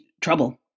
trouble